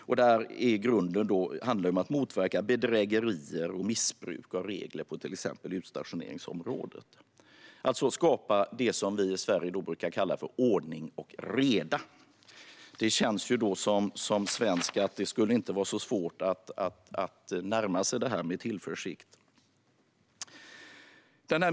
Det handlar i grunden om att motverka bedrägerier och missbruk av regler på till exempel utstationeringsområdet, alltså att skapa det som vi i Sverige brukar kalla ordning och reda. För en svensk känns det som om det inte skulle vara svårt att närma sig detta med tillförsikt.